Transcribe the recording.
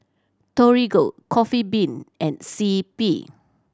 Torigo Coffee Bean and C P